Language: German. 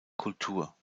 kultur